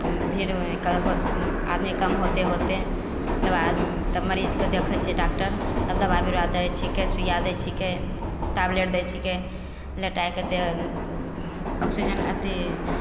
भीड़ कम हो आदमी कम होते होते तकर बाद तब मरीजके देखै छै डॉकटर तब दवाइ बिरा दै छिकै सुइआ दै छिकै टैबलेट दै छिकै लेटाइके ऑक्सीजन अथी